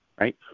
right